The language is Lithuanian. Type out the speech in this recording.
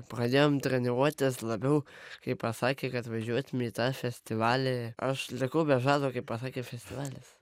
pradėjom treniruotis labiau kai pasakė kad važiuosim į tą festivalį aš likau be žado kai pasakė festivalis